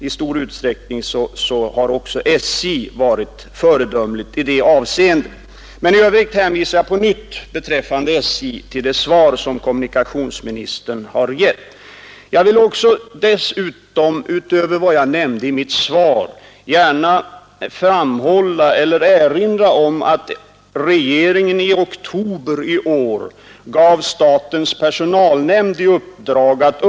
I stor utsträckning har också SJ Nr 139 Sant: föredömligt i det avseendet. Men i övrigt hänvisar jag på nytt, Måndagen den beträffande SJ, till det svar som kommunikationsministern har gett. 6 december 1971 Jag vill dessutom, utöver vad jag nämnde i mitt svar, gärna erinra om —==LL att regeringen i oktober i år gav statens personalnämnd i uppdrag att Ang.